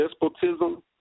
despotism